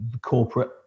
corporate